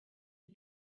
who